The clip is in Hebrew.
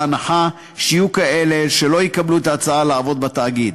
בהנחה שיהיו כאלה שלא יקבלו את ההצעה לעבוד בתאגיד.